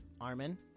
Armin